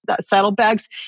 saddlebags